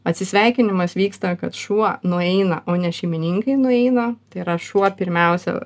atsisveikinimas vyksta kad šuo nueina o ne šeimininkai nueina tai yra šuo pirmiausia